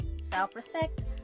self-respect